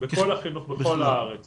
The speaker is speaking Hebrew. בכל החינוך בכל הארץ.